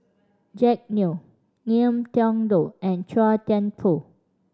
Jack Neo Ngiam Tong Dow and Chua Thian Poh